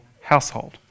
household